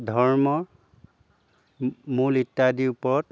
ধৰ্ম মূল ইত্যাদিৰ ওপৰত